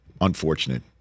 unfortunate